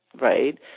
right